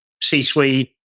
C-suite